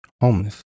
homeless